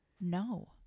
no